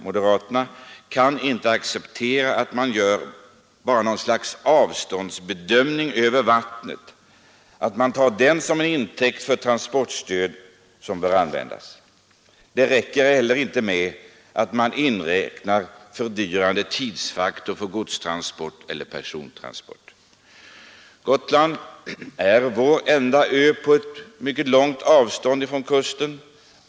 Moderaterna kan inte acceptera att man bara gör något slags avståndsbedömning och tar den till intäkt för vilket transportstöd som bör användas. Det räcker inte heller med att man tar med i beräkningen den fördyrande tidsfaktorn för personoch godstransporter. Gotland är vår enda ö på stort avstånd från kusten.